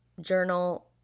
journal